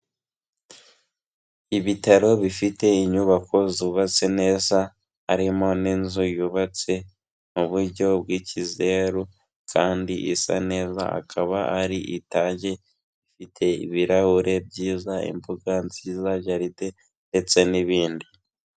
Ibitaro bifite inyubako zubatse neza, harimo n'inzu yubatse mu buryo bw'ikizeru kandi isa neza, akaba ari itaje, ifite ibirahure byiza, imbuga nziza, jaride ndetse n'ibindi.